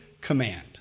command